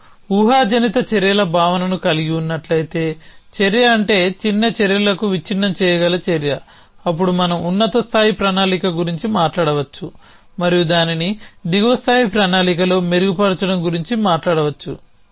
మీరు ఊహాజనిత చర్యల భావనను కలిగి ఉన్నట్లయితే చర్య అంటే చిన్న చర్యలకు విచ్ఛిన్నం చేయగల చర్య అప్పుడు మనం ఉన్నత స్థాయి ప్రణాళిక గురించి మాట్లాడవచ్చు మరియు దానిని దిగువ స్థాయి ప్రణాళికలో మెరుగుపరచడం గురించి మాట్లాడవచ్చు